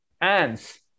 ants